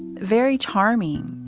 very charming.